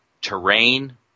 terrain